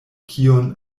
kion